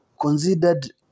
considered